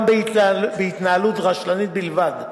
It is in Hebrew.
גם בהתנהלות רשלנית בלבד,